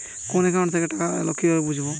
কোন একাউন্ট থেকে টাকা এল কিভাবে বুঝব?